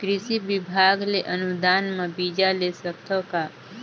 कृषि विभाग ले अनुदान म बीजा ले सकथव का?